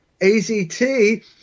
AZT